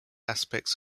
aspects